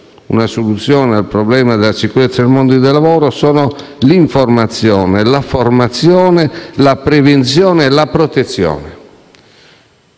una soluzione al problema della sicurezza nel mondo del lavoro sono l'informazione, la formazione, la prevenzione e la protezione.